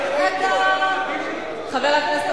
חבר הכנסת